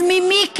אז ממי כן?